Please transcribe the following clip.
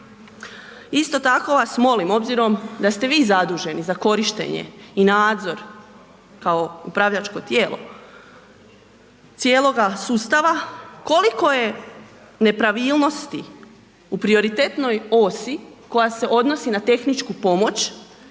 Isto tako vas molim, obzirom da ste vi zaduženi za korištenje i nadzor kao upravljačko tijelo cijeloga sustava koliko je nepravilnosti u prioritetnoj osi koja se odnosi na tehničku pomoć